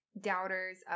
doubters